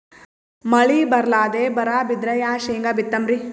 ಮಳಿ ಬರ್ಲಾದೆ ಬರಾ ಬಿದ್ರ ಯಾ ಶೇಂಗಾ ಬಿತ್ತಮ್ರೀ?